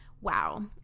wow